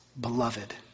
Beloved